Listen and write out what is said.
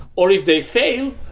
or if they fail,